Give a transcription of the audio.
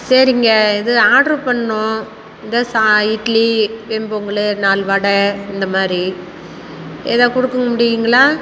சரிங்க இது ஆட்ரு பண்ணணும் இந்த இட்லி வெண்பொங்கலு நாலு வடை இந்தமாதிரி எதோ கொடுக்க முடியும்ங்களா